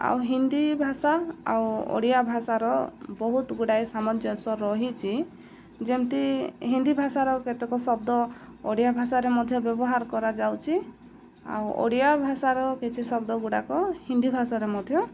ଆଉ ହିନ୍ଦୀ ଭାଷା ଆଉ ଓଡ଼ିଆ ଭାଷାର ବହୁତ ଗୁଡ଼ାଏ ସାମଞ୍ଜସ୍ୟ ରହିଛି ଯେମିତି ହିନ୍ଦୀ ଭାଷାର କେତେକ ଶବ୍ଦ ଓଡ଼ିଆ ଭାଷାରେ ମଧ୍ୟ ବ୍ୟବହାର କରାଯାଉଛି ଆଉ ଓଡ଼ିଆ ଭାଷାର କିଛି ଶବ୍ଦ ଗୁଡ଼ାକ ହିନ୍ଦୀ ଭାଷାରେ ମଧ୍ୟ